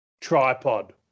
tripod